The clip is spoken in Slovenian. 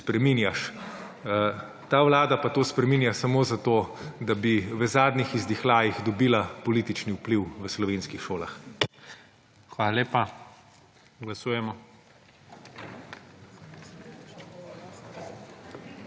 spreminjaš, ta Vlada pa to spreminja samo zato, da bi v zadnjih izdihljajih dobila politični vpliv v slovenskih šolah. **PREDSEDNIK IGOR ZORČIČ:** Hvala lepa.